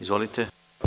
Izvolite.